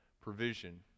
provision